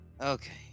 Okay